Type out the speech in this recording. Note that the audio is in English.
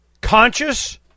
conscious